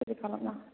spray खालामना